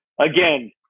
again